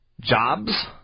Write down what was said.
Jobs